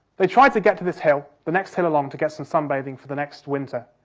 they tried to get to this hill, the next hill along, to get some sunbathing for the next winter,